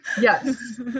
Yes